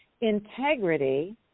Integrity